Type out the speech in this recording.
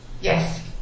yes